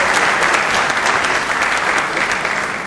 (מחיאות כפיים)